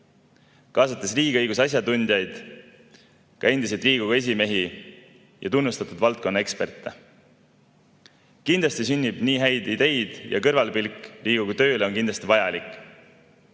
kaasates riigiõiguse asjatundjaid, ka endisi Riigikogu esimehi ja tunnustatud valdkonnaeksperte. Kindlasti sünnib nii häid ideid ja kõrvalpilk Riigikogu tööle on kindlasti vajalik.